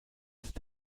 ist